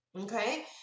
okay